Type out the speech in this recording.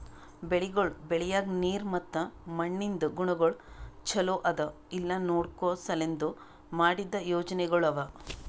ಬೆಳಿಗೊಳ್ ಬೆಳಿಯಾಗ್ ನೀರ್ ಮತ್ತ ಮಣ್ಣಿಂದ್ ಗುಣಗೊಳ್ ಛಲೋ ಅದಾ ಇಲ್ಲಾ ನೋಡ್ಕೋ ಸಲೆಂದ್ ಮಾಡಿದ್ದ ಯೋಜನೆಗೊಳ್ ಅವಾ